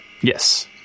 Yes